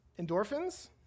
endorphins